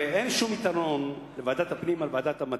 הרי אין שום יתרון לוועדת הפנים על ועדת המדע.